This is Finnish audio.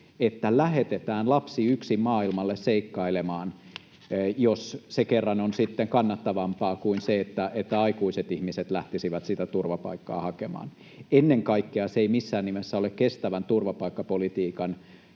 että lähetetään lapsi yksin maailmalle seikkailemaan, jos se kerran on sitten kannattavampaa kuin se, että aikuiset ihmiset lähtisivät sitä turvapaikkaa hakemaan. Ennen kaikkea se ei missään nimessä ole kestävän turvapaikkapolitiikan